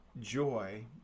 joy